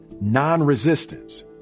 non-resistance